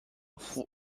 州府